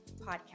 podcast